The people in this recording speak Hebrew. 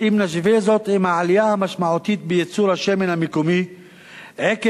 אם נשווה זאת עם העלייה המשמעותית בייצור השמן המקומי עקב